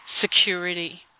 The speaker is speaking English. security